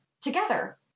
together